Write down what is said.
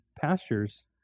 pastures